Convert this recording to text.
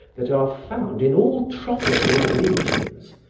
that are found in all tropical regions,